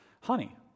honey